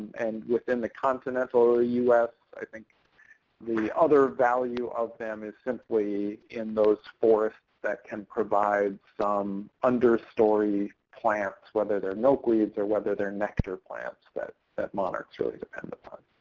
and within the continental us, i think the other value of them is simply in those forests that can provide some understory plants, whether they're milkweeds or whether they're nectar plants that that monarchs really depend upon.